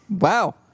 Wow